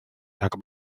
rhag